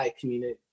community